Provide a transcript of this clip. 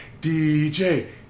DJ